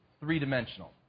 three-dimensional